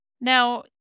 Now